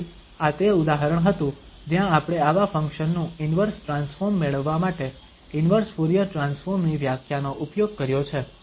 તેથી આ તે ઉદાહરણ હતું જ્યાં આપણે આવા ફંક્શન નું ઇન્વર્સ ટ્રાન્સફોર્મ મેળવવા માટે ઇન્વર્સ ફુરીયર ટ્રાન્સફોર્મ ની વ્યાખ્યાનો ઉપયોગ કર્યો છે